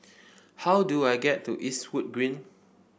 how do I get to Eastwood Green